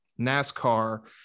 nascar